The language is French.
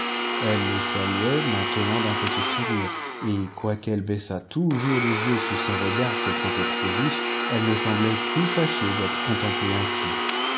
elle le saluait maintenant d'un petit sourire et quoiqu'elle baissât toujours les yeux sous son regard qu'elle sentait trop vif elle ne semblait plus fâchée d'être contemplée ainsi